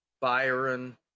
Byron